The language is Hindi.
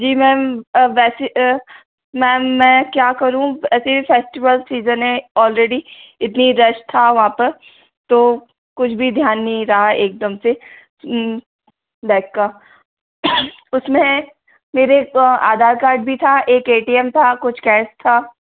जी मैम वैसे मैम मैं क्या करूँ ऐसी ही फ़ेस्टिवल सीज़न है औलरेडी इतना रश था वहाँ पर तो कुछ भी ध्यान नहीं रहा एक दम से बैग का उस में मेरा आधार कार्ड भी था एक ए टी एम था कुछ कैश था